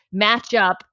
matchup